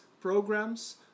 programs